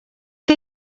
què